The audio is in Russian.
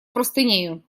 простынею